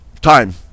Time